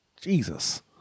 Jesus